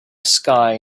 sky